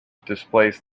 displaced